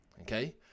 okay